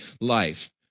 life